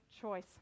choice